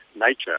nature